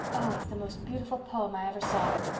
oh, it's the most beautiful poem i ever saw.